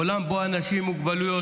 עולם שבו אנשים עם מוגבלויות,